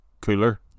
cooler